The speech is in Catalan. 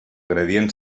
gradient